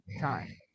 time